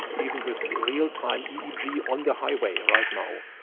even with real time eeg on the highway ah right now.